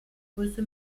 größe